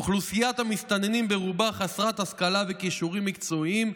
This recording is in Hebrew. "אוכלוסיית המסתננים ברובה חסרת השכלה וכישורים מקצועיים,